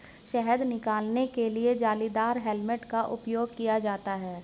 शहद निकालने के लिए जालीदार हेलमेट का उपयोग किया जाता है